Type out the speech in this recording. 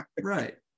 right